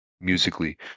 musically